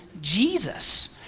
Jesus